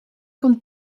komt